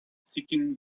seeking